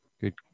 good